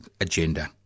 Agenda